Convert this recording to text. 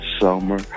summer